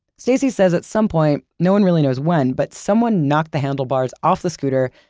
stacy says at some point, no one really knows when, but someone knocked the handlebars off the scooter,